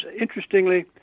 interestingly